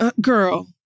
girl